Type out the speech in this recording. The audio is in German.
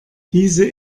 diese